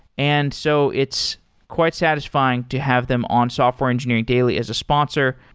and so it's quite satisfying to have them on software engineering daily as a sponsor.